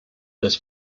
dass